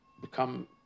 become